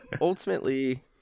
ultimately